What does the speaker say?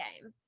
game